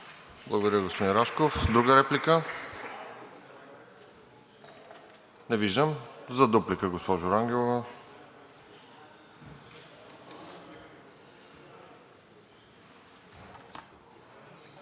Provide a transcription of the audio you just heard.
Благодаря, господин Рашков. Друга реплика? Не виждам. За дуплика, госпожо Рангелова.